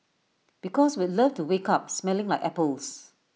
because we'd love to wake up smelling like apples